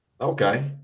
okay